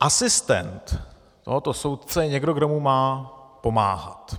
asistent tohoto soudce je někdo, kdo mu má pomáhat.